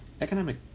economic